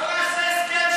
בוא נעשה הסכם,